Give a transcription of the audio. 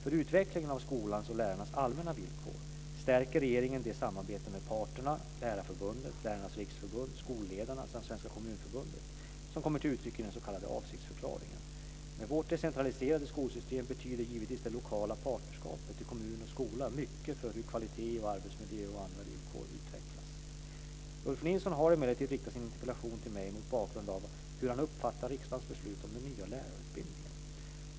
För utvecklingen av skolan och lärarnas allmänna villkor stärker regeringen det samarbete med parterna - Lärarförbundet, Lärarnas Riksförbund, Skolledarna samt Svenska Kommunförbundet - som kommer till uttryck i den s.k. avsiktsförklaringen. Med vårt decentraliserade skolsystem betyder givetvis det lokala partnerskapet i kommun och skola mycket för hur kvalitet, arbetsmiljö och andra villkor utvecklas. Ulf Nilsson har emellertid riktat sin interpellation till mig mot bakgrund av hur han uppfattar riksdagens beslut om den nya lärarutbildningen.